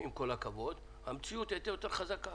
עם כל הכבוד, המציאות היתה יותר חזקה.